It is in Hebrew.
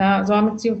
זו המציאות.